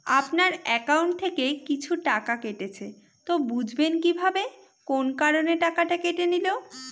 আপনার একাউন্ট থেকে কিছু টাকা কেটেছে তো বুঝবেন কিভাবে কোন কারণে টাকাটা কেটে নিল?